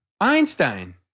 Einstein